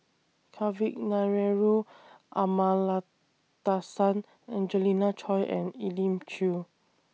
Kavignareru Amallathasan Angelina Choy and Elim Chew